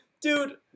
dude